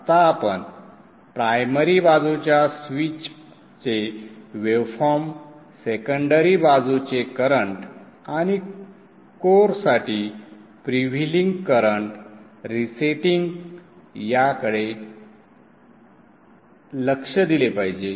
आता आपण प्रायमरी बाजूच्या स्विचचे वेवफॉर्म्स सेकंडरी बाजूचे करंट आणि कोअरसाठी फ्रीव्हीलिंग करंट रिसेटिंग याकडे लक्ष दिले पाहिजे